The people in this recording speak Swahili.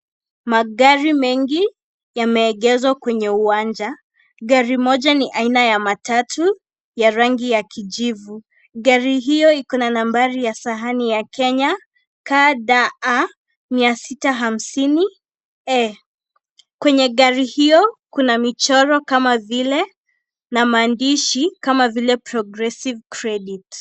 Magari mengi yameegezwa kwenye uwanja. Gari moja ni aina ya matatu ya rangi ya kijivu. Gari hiyo iko na nambari ya Sahani ya Kenya KDA 650E. Kwenye gari hiyo, kuna michoro na maandishi kama vile " Progressive credit ".